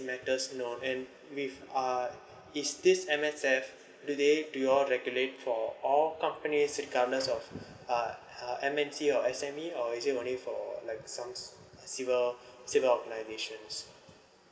matters known and with uh is this M_S_F do they do you all regulate for all companies regardless of uh uh M_N_C or S_M_E or is it only for like some civil civil organizations